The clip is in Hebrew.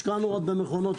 השקענו רק במכונות,